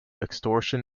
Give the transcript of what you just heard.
extortion